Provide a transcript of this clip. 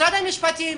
משרד המשפטים,